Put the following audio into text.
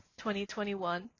2021